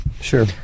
sure